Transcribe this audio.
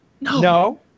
No